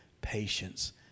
patience